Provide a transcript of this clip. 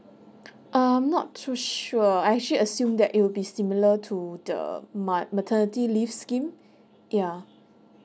I'm not too sure I actually assume that it would be similar to the mat maternity leave scheme ya